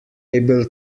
able